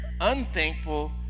unthankful